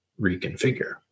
reconfigure